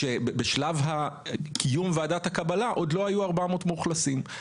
בשלב הקיום ועדת הקבלה עוד לא היו 400 מאוכלסים.